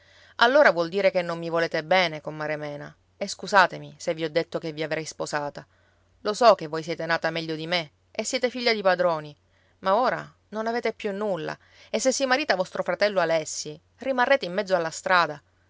allora vuol dire che non mi volete bene comare mena e scusatemi se vi ho detto che vi avrei sposata lo so che voi siete nata meglio di me e siete figlia di padroni ma ora non avete più nulla e se si marita vostro fratello alessi rimarrete in mezzo alla strada